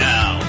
Now